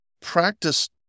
practice